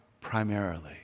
primarily